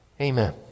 amen